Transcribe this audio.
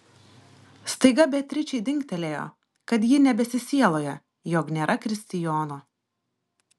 staiga beatričei dingtelėjo kad ji nebesisieloja jog nėra kristijono